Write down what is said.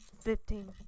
fifteen